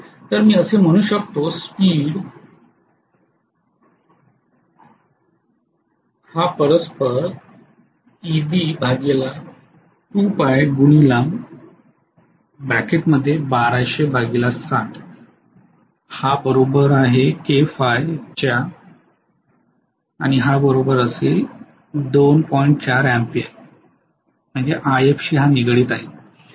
तर मी असे म्हणू शकतो स्पीड हे परस्परांशी If शी निगडीत आहे